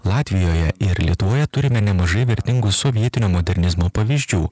latvijoje ir lietuvoje turime nemažai vertingų sovietinio modernizmo pavyzdžių